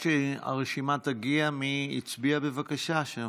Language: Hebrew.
עד שהרשימה תגיע, מי הצביע, בבקשה, שם?